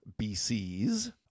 BCs